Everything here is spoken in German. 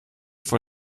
vor